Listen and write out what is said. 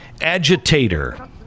agitator